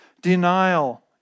Denial